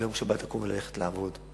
ביום שבת לקום ללכת לעבוד.